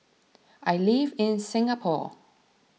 I live in Singapore